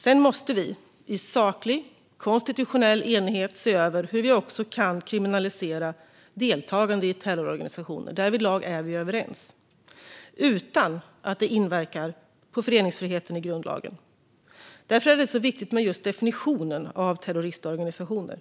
Sedan måste vi i saklig och konstitutionell enighet se över hur vi också kan kriminalisera deltagande i terrororganisationer - därvidlag är vi överens - utan att det inverkar på föreningsfriheten i grundlagen. Därför är det så viktigt med just definitionen av terroristorganisationer.